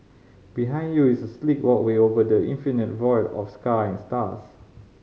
behind you is a sleek walkway over the infinite void of sky and stars